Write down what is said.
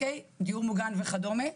דיור מוגן וכדומה,